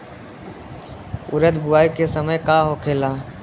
उरद बुआई के समय का होखेला?